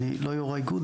אני לא יו"ר האיגוד,